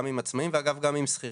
גם עם עצמאים ואגב גם עם שכירים.